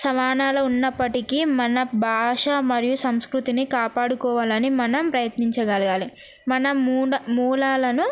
సమానాల ఉన్నప్పటికీ మన భాష మరియు సంస్కృతిని కాపాడుకోవాలని మనం ప్రయత్నించగలగాలి మన మూలాలను